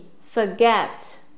forget